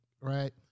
right